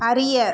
அறிய